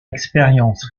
expérience